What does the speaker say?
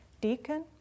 deacon